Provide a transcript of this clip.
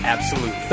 Absolute